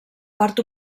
part